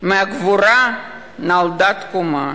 מהגבורה נולדה התקומה,